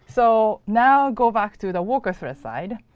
so now, go back to the worker thread side.